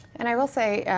and i will say,